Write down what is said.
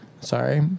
Sorry